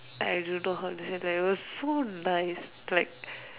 I don't know how to say it was like so nice like